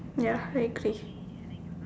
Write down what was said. ya I agree